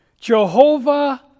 Jehovah